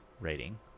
rating